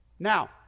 Now